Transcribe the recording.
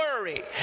worry